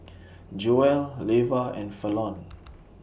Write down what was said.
Joelle Leva and Fallon